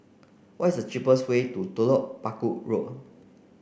what is the cheapest way to Telok Paku Road